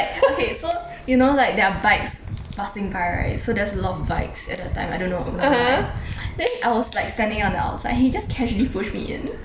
you know like there are bikes passing by right so there's a lot of bikes at that time I don't know then I was like standing on the outside he just casually push me in